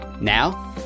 Now